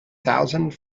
thousand